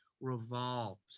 revolved